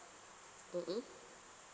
mm mm